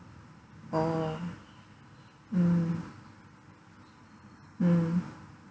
oh mm mm